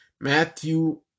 Matthew